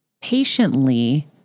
patiently